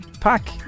pack